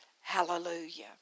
Hallelujah